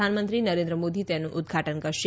પ્રધાનમંત્રી નરેન્દ્ર મોદી તેનું ઉદ્દઘાટન કરશે